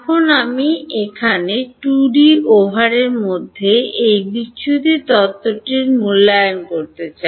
এখন আমি এখানে 2 ডি ওভারের মধ্যে এই বিচ্যুতি তত্ত্বটি মূল্যায়ন করতে চাই